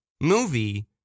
movie